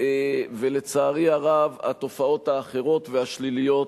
ולצערי הרב התופעות האחרות והשליליות